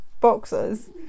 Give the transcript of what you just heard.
boxers